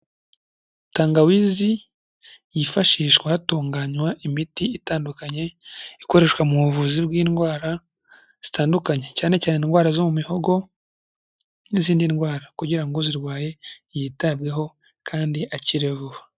Tangawizi yifashishwa hatunganwa imiti itandukanye ikoreshwa mu buvuzi bw'indwara zitandukanye cyane cyane indwara zo mu mihogo n'izindi ndwara kugira ngo uzirwaye yitabweho kandi akire vuba.